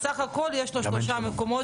סובל מסוכר,